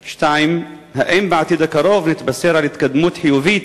2. האם בעתיד הקרוב נתבשר על התקדמות חיובית